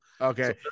Okay